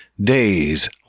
days